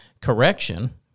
correction